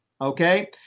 Okay